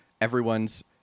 everyone's